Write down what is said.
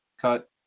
cut